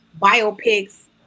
biopics